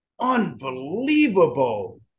unbelievable